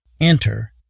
enter